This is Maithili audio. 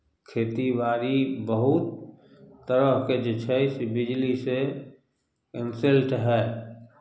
खेतीबाड़ी बहुत तरहके जे छै से बिजलीसँ कंसल्ट हए